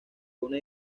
una